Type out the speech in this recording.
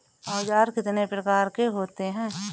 औज़ार कितने प्रकार के होते हैं?